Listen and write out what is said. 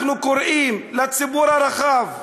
אנחנו קוראים לציבור הרחב: